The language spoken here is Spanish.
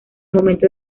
momento